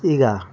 ಈಗ